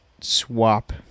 swap